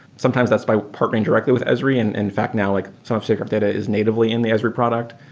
sometimes that's by partnering directly with esri. and in fact, now, like some of safegraph data is natively in the esri product.